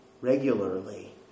regularly